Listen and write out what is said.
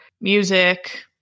music